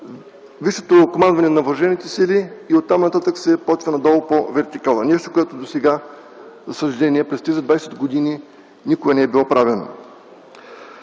висшето командване на въоръжените сили и оттам нататък се започва надолу по вертикала – нещо, което досега, за съжаление през тези 20 години, никога не е било правено.